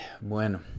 bueno